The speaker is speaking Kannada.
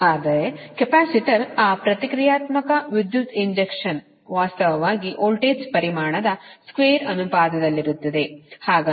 ಆದರೆ ಕೆಪಾಸಿಟರ್ ಆ ಪ್ರತಿಕ್ರಿಯಾತ್ಮಕ ವಿದ್ಯುತ್ ಇಂಜೆಕ್ಷನ್ ವಾಸ್ತವವಾಗಿ ವೋಲ್ಟೇಜ್ ಪರಿಮಾಣದ ಸ್ಕ್ವೇರ್ ಅನುಪಾತದಲ್ಲಿರುತ್ತದೆ